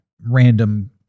random